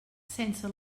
sense